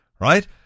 right